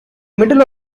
middle